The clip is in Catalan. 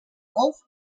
golf